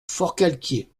forcalquier